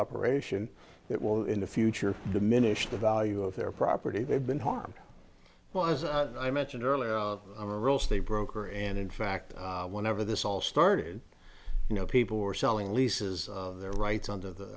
operation that will in the future diminish the value of their property they've been harmed well as i mentioned earlier a real state broker and in fact whenever this all started you know people were selling leases their rights under the